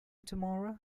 tomorrow